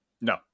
no